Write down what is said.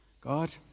God